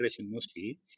mostly